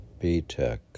B-Tech